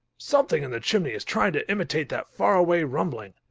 something in the chimney is trying to imitate that far-away rumbling.